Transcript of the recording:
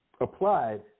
applied